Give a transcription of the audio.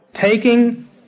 Taking